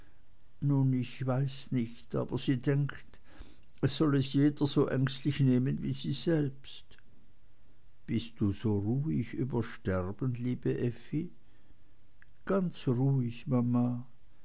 nun ich weiß nicht aber sie denkt es soll es jeder so ängstlich nehmen wie sie selbst bist du so ruhig über sterben liebe effi ganz ruhig mama